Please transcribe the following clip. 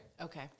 Okay